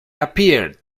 appeared